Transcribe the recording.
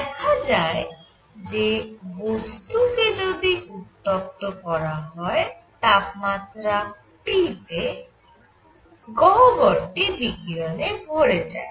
দেখা যায় যে বস্তু কে যদি উত্তপ্ত করা হয় T তাপমাত্রায়গহ্বরটি বিকিরণে ভরে যায়